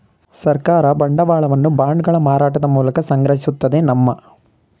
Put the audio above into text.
ಸರ್ಕಾರ ಬಂಡವಾಳವನ್ನು ಬಾಂಡ್ಗಳ ಮಾರಾಟದ ಮೂಲಕ ಸಂಗ್ರಹಿಸುತ್ತದೆ ನಮ್ಮ